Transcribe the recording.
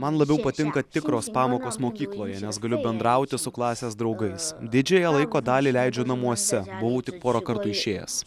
man labiau patinka tikros pamokos mokykloje nes galiu bendrauti su klasės draugais didžiąją laiko dalį leidžiu namuose buvau tik porą kartų išėjęs